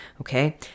Okay